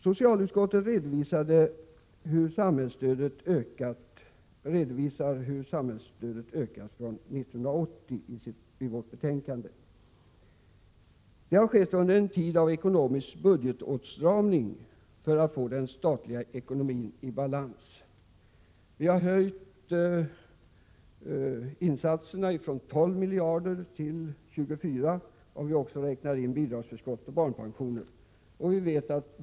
Socialutskottet har i sitt betänkande redovisat hur samhällsstödet ökat sedan 1980. Det har skett under en tid av ekonomisk budgetåtstramning för att få den statliga ekonomin i balans. Vi har höjt insatserna från 12 till 24 miljarder, inberäknat bidragsförskott och barnpensioner.